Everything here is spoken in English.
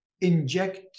inject